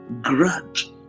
grudge